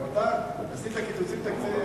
גם אתה עשית קיצוצים תקציביים,